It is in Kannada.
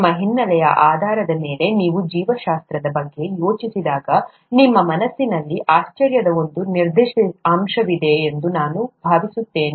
ನಿಮ್ಮ ಹಿನ್ನೆಲೆಯ ಆಧಾರದ ಮೇಲೆ ನೀವು ಜೀವಶಾಸ್ತ್ರದ ಬಗ್ಗೆ ಯೋಚಿಸಿದಾಗ ನಿಮ್ಮ ಮನಸ್ಸಿನಲ್ಲಿ ಆಶ್ಚರ್ಯದ ಒಂದು ನಿರ್ದಿಷ್ಟ ಅಂಶವಿದೆ ಎಂದು ನಾನು ಭಾವಿಸುತ್ತೇನೆ